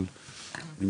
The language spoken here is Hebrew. אבל אם נחליט בכל זאת,